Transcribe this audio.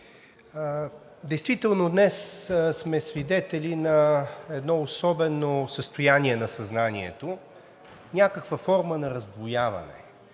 Действително днес сме свидетели на едно особено състояние на съзнанието – някаква форма на раздвояване.